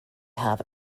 have